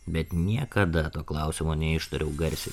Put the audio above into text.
bet niekada to klausimo neištariau garsiai